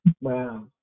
Wow